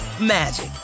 magic